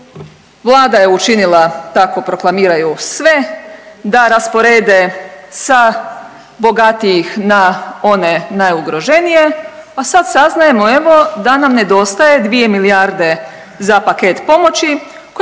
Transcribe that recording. Vlada je učinila, tako proklamiraju, sve da rasporede sa bogatijih na one najugroženije a sada saznajemo evo da nam nedostaje 2 milijarde za paket pomoći